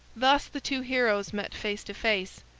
thus the two heroes met face to face.